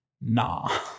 nah